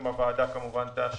אם הוועדה כמובן תאשר.